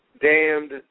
damned